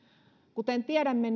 kuten tiedämme